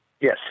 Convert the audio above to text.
Yes